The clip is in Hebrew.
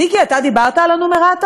מיקי, אתה דיברת על הנומרטור?